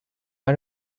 why